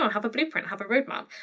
have a blueprint, have a roadmap.